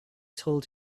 told